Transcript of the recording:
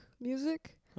music